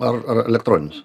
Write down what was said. ar ar elektroninius